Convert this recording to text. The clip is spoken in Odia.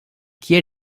କିଏ